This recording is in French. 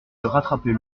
rattrapez